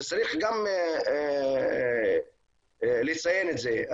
צריך גם לציין את זה.